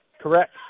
Correct